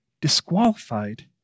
Disqualified